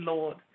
Lord